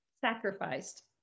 sacrificed